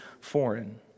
foreign